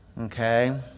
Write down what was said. okay